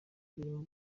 birimo